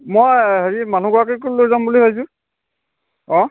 মই হেৰি মানুহগৰাকীকো লৈ যাম বুলি ভাবিছোঁ অঁ